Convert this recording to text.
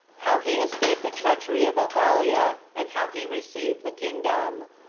how he escaped the treachery of athaliah, and how he received the kingdom.